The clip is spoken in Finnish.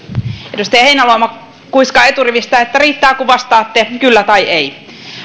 edustaja heinäluoma kuiskaa eturivistä että riittää kun vastaatte kyllä tai ei